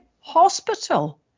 hospital